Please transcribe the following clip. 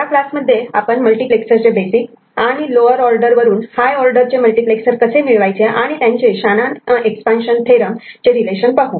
या क्लासमध्ये आपण मल्टिप्लेक्सर चे बेसिक आणि लोअर ऑर्डर वरून हायर ऑर्डर चे मल्टिप्लेक्सर कसे मिळवायचे आणि त्यांचे Shannon expansion theorem Shanon's expansion theoremचे रिलेशन पाहू